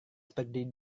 seperti